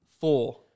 four